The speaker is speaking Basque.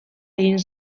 egin